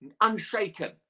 Unshaken